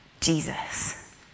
Jesus